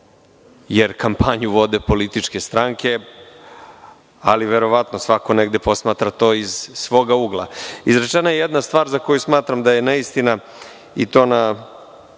jer kampanju vode političke stranke, ali verovatno, svako negde to posmatra iz svog ugla. Izrečena je jedna stvar za koju smatram da je neistina i to pre